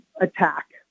attack